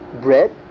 bread